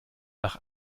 nach